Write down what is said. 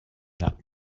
that